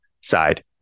side